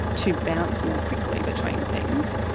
to bounce more quickly between things.